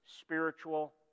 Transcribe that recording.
spiritual